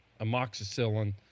amoxicillin